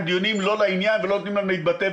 דיונים לא לעניין ולא נותנים להם להתבטא.